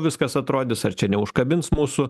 viskas atrodys ar čia neužkabins mūsų